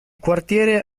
quartiere